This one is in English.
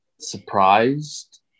surprised